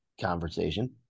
conversation